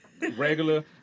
Regular